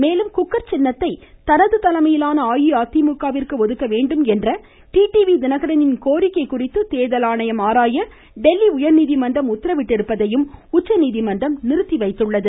மேலும் சின்னத்தை தனது தலைமையிலான அஇஅதிமுகவிற்கு குக்கர் ஒதுக்கவேண்டும் என்ற டிடிவி தினகரனின் கோரிக்கை குறித்து தேர்தல் ஆணையம் டெல்லி உயர்நீதிமன்றம் உத்தரவிட்டிருப்பதையும் உச்சநீதிமன்றம் ஆராய நிறுத்திவைத்துள்ளது